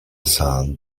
sun